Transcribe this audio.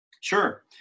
Sure